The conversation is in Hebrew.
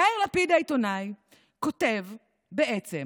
יאיר לפיד העיתונאי כותב בעצם,